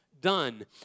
done